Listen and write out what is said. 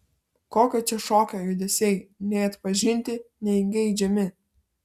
kokio čia šokio judesiai nei atpažinti nei geidžiami